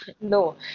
No